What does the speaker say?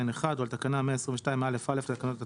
39טז(1) או על תקנה 122א(א) לתקנות התעבורה,